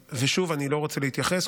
ושוב, אני לא רוצה להתייחס.